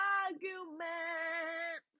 argument